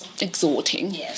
Exhorting